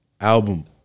Album